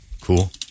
cool